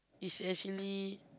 is actually